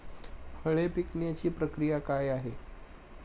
फळे पिकण्याची प्रक्रिया काय आहे?